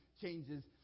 changes